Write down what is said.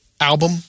album